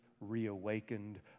reawakened